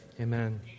Amen